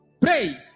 Pray